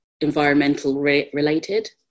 environmental-related